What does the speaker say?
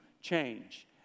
change